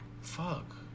Fuck